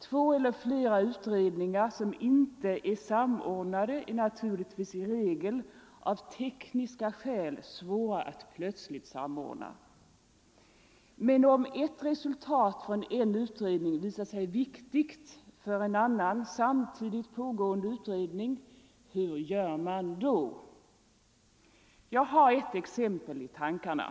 Två eller flera utredningar, som inte är samordnade, är naturligtvis i regel av tekniska skäl svåra att plötsligt samordna. Men om ett resultat från en utredning visar sig viktigt för en annan samtidigt pågående utredning, hur gör man då? Jag har ett exempel i tankarna.